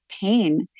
pain